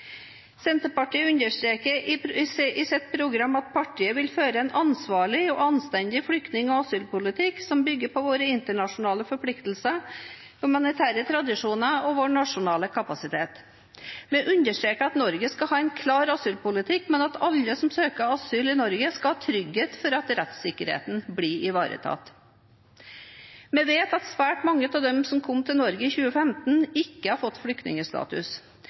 Senterpartiet understreker i sitt program at partiet vil føre en ansvarlig og anstendig flyktning- og asylpolitikk som bygger på våre internasjonale forpliktelser, humanitære tradisjoner og vår nasjonale kapasitet. Vi understreker at Norge skal ha en klar asylpraksis, men at alle som søker asyl i Norge, skal ha trygghet for at rettssikkerheten blir ivaretatt. Vi vet at svært mange av dem som kom til Norge i 2015, ikke har fått flyktningstatus.